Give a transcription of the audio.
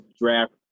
draft